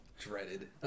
dreaded